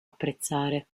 apprezzare